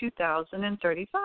2035